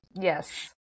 Yes